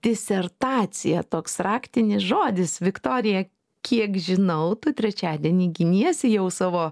disertacija toks raktinis žodis viktorija kiek žinau tu trečiadienį giniesi jau savo